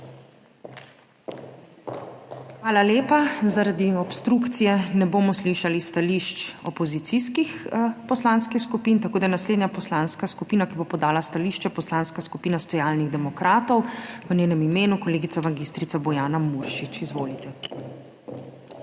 Hvala lepa. Zaradi obstrukcije ne bomo slišali stališč opozicijskih poslanskih skupin, tako da naslednja poslanska skupina, ki bo podala stališče, Poslanska skupina Socialnih demokratov, v njenem imenu kolegica magistrica Bojana Muršič. Izvolite. MAG.